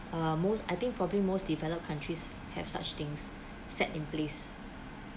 uh most I think probably most developed countries have such things set in place